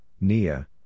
NIA